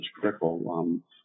critical